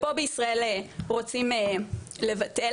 ופה בישראל רוצים לבטל